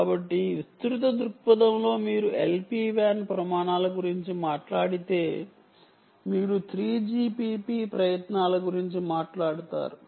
కాబట్టి విస్తృత దృక్పథంలో మీరు LPWAN ప్రమాణాల గురించి మాట్లాడితే మీరు 3GPP ప్రయత్నాల గురించి మాట్లాడుతారు